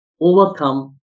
overcome